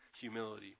humility